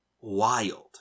wild